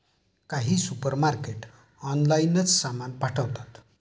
काही सुपरमार्केट ऑनलाइनच सामान पाठवतात